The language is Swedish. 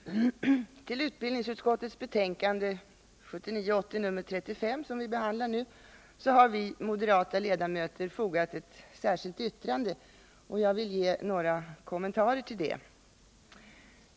Fru talman! Till utbildningsutskottets betänkande 1979/80:35, som vi behandlar nu, har vi moderata ledamöter fogat ett särskilt yttrande, som jag vill ge några kommentarer till.